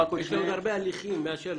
יש לנו עוד הרבה הליכים מאשר